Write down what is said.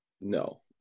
No